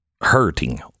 hurting